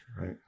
Right